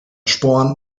sporn